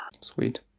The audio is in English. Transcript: sweet